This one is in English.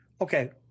Okay